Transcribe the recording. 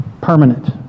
permanent